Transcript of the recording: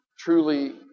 truly